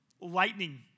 Lightning